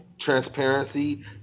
transparency